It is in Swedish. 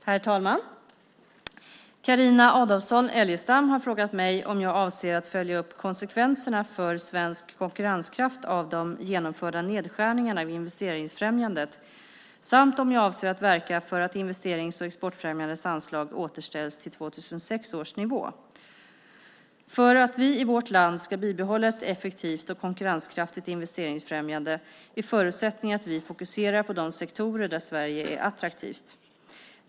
Herr talman! Carina Adolfsson Elgestam har frågat mig om jag avser att följa upp konsekvenserna för svensk konkurrenskraft av de genomförda nedskärningarna av investeringsfrämjandet samt om jag avser att verka för att investerings och exportfrämjandets anslag återställs till 2006 års nivå. För att vi i vårt land ska bibehålla ett effektivt och konkurrenskraftigt investeringsfrämjande är förutsättningen att vi fokuserar på de sektorer där Sverige är attraktivt.